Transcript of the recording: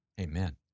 Amen